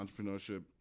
entrepreneurship